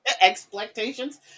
Expectations